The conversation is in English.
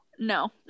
No